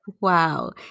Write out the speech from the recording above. Wow